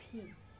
peace